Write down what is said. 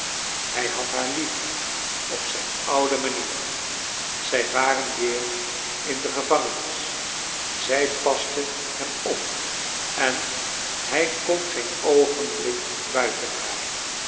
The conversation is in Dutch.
hij had haar lief op zijn oude manier zij waren weer in de gevangenis zij paste hem op en hij kon geen oogeliblik buiten haar